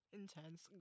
Intense